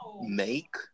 make